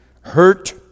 hurt